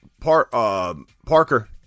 Parker